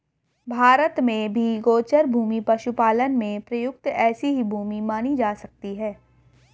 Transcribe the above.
भारत में भी गोचर भूमि पशुपालन में प्रयुक्त ऐसी ही भूमि मानी जा सकती है